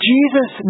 Jesus